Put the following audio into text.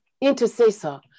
intercessor